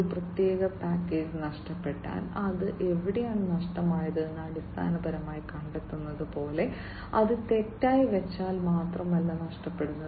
ഒരു പ്രത്യേക പാക്കേജ് നഷ്ടപ്പെട്ടാൽ അത് എവിടെയാണ് നഷ്ടമായതെന്ന് അടിസ്ഥാനപരമായി കണ്ടെത്തുന്നത് പോലെ അത് തെറ്റായി വെച്ചാൽ മാത്രമല്ല നഷ്ടപ്പെടുന്നത്